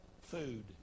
Food